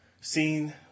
Seen